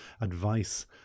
advice